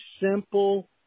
simple